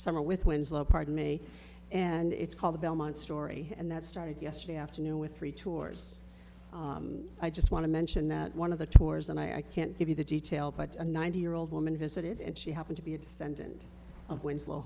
summer with winslow pardon me and it's called the belmont story and that started yesterday afternoon with three tours i just want to mention that one of the tours and i can't give you the details but a ninety year old woman visited and she happened to be a descendent of win